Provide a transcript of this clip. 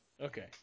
Okay